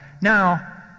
Now